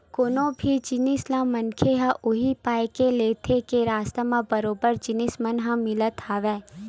कोनो भी जिनिस ल मनखे ह उही पाय के लेथे के सस्ता म बरोबर जिनिस मन ह मिलत हवय